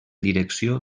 direcció